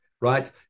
right